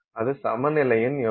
அது சமநிலையின் யோசனை